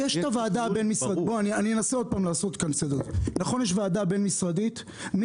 נכון יש ועדה בין-משרדית?